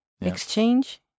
Exchange